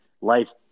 life